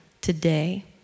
today